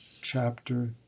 chapter